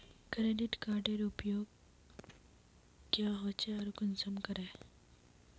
Credit कार्डेर उपयोग क्याँ होचे आर कुंसम करे?